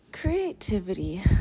Creativity